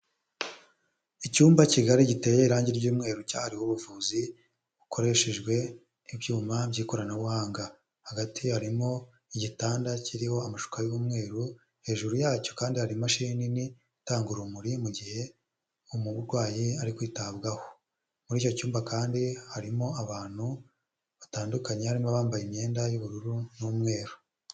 Icyumba kigari giteye irangi ry'umweru cyahariwe ubuvuzi bukoreshejwe ibyuma by'ikoranabuhanga, hagati harimo igitanda kiriho amashupa y'umweru, hejuru yacyo kandi hari imashini nini itanga urumuri, mu gihe umurwayi ari kwitabwaho. Muri icyo cyumba kandi harimo abantu batandukanye barimo abambaye imyenda y'ubururu n'umweru.